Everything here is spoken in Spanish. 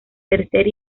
tercer